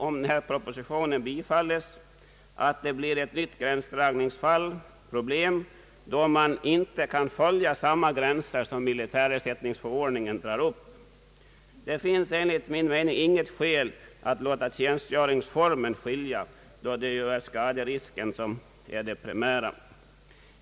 Om propositionen bifalles blir det i stället ett nytt gränsdragningsproblem då man inte kan följa de gränser som militärersättningsförordningen drar upp. Det finns enligt min mening inte något skäl att låta tjänstgöringsformen vara avgörande, då det ju är skaderisken som är det primära.